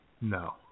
no